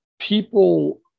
people